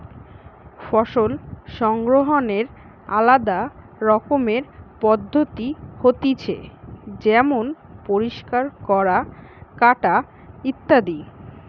ফসল সংগ্রহনের আলদা রকমের পদ্ধতি হতিছে যেমন পরিষ্কার করা, কাটা ইত্যাদি